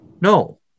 no